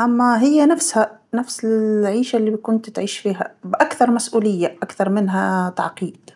أما هي نفسها، نفس ال- العيشه اللي كنت تعيش فيها بأكثر مسؤوليه أكثر منها تعقيد.